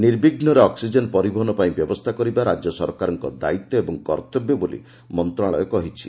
ନିର୍ବିଘୁରେ oxygen ପରିବହନ ପାଇଁ ବ୍ୟବସ୍ଥା କରିବା ରାଜ୍ୟ ସରକାରମାନଙ୍କ ଦାୟିତ୍ୱ ଓ କର୍ତ୍ତବ୍ୟ ବୋଲି ମନ୍ତ୍ରଣାଳୟ କହିଛି